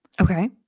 Okay